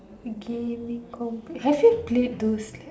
give me comb have you played those like